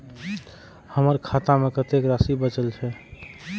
हमर खाता में कतेक राशि बचल छे?